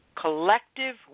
collective